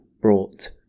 brought